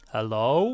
Hello